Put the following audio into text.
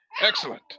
Excellent